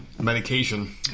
medication